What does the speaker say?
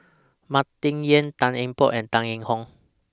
Martin Yan Tan Eng Bock and Tan Yee Hong